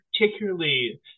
particularly